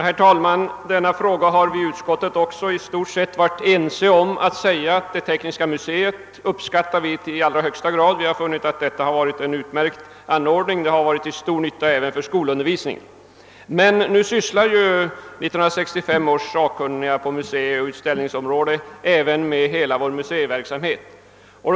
Herr talman! Även i denna fråga har utskottet varit ense så till vida att vi alla i högsta grad uppskattar Tekniska museet. Museet är en utmärkt institution som är till stor nytta även för skolundervisningen. Men nu sysslar 1965 års museioch utställningssakkunniga även med frågan om vår museiverksamhet.